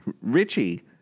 Richie